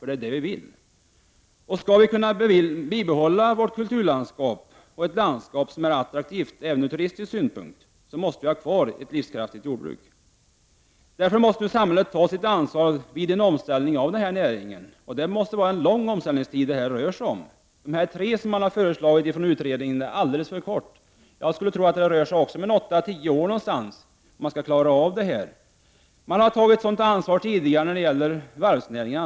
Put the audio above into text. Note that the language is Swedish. Det är detta vi vill. Skall vi kunna bibehålla vårt kulturlandskap och ett landskap som är attraktivt även från turistisk synpunkt, måste vi ha kvar ett livskraftigt jordbruk. Därför måste samhället nu ta sitt ansvar vid en omställning av denna näring. Det måste röra sig om en lång omställningstid. De tre år som utredningen har föreslagit är alldeles för litet. Jag skulle tro att det behövs åtta-tio år, om man skall kunna klara av denna omställning. Samhället har tagit ett sådant ansvar tidigare när det gällde varvsnäringen.